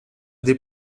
des